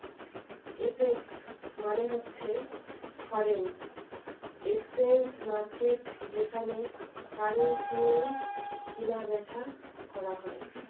FX মানে হচ্ছে foreign exchange মার্কেটকে যেখানে কারেন্সি কিনা বেচা করা হয়